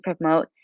promote